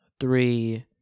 three